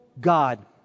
God